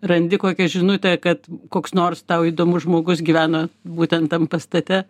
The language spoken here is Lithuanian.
randi kokią žinutę kad koks nors tau įdomus žmogus gyveno būtent tam pastate